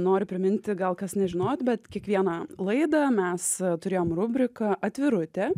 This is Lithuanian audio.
noriu priminti gal kas nežinojot bet kiekvieną laidą mes turėjome rubriką atvirutė